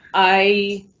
i.